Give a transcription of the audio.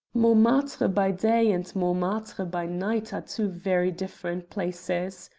montmartre by day and montmartre by night are two very different places.